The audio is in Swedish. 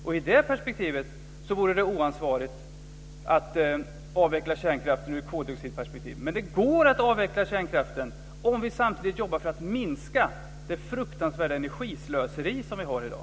Och i det perspektivet så vore det oansvarigt att avveckla kärnkraften ur ett koldioxidperspektiv. Men det går att avveckla kärnkraften om vi samtidigt jobbar för att minska det fruktansvärda energislöseri som vi har i dag.